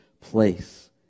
place